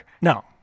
No